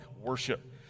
worship